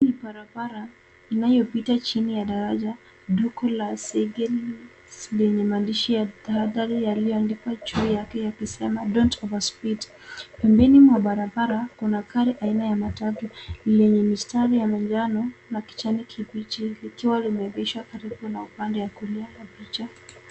Hii ni barabara inayopita chini ya daraja duku la segeli lenye maandishi ya tahadhari yaliyoandikwa juu yake yakisema don't over speed . Pembeni mwa barabara kuna gari aina ya matatu lenye mistari ya manjano na kijani kibichi likiwa limeegeshwa karibu na upande wa kulia ya picha.